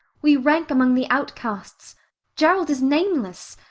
we rank among the outcasts gerald is nameless.